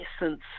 essence